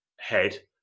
head